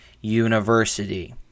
University